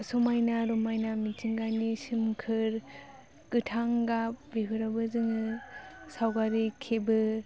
समायना रमायना मिथिंगानि सोमखोर गोथां गाब बेफोरावबो जोङो सावगारि खेबो